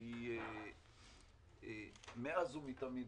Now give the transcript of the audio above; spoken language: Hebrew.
שהיא מאז ומתמיד,